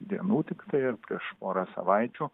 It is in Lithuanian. dienų tiktai ar prieš porą savaičių